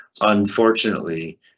unfortunately